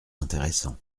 intéressant